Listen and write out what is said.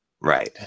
Right